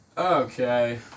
Okay